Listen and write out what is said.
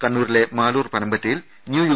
കണ്ണൂരിലെ മാലൂർ പനമ്പറ്റയിൽ new U